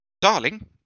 Darling